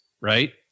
right